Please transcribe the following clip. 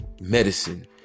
medicine